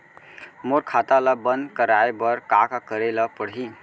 मोर खाता ल बन्द कराये बर का का करे ल पड़ही?